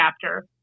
chapter